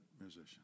musician